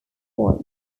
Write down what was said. wide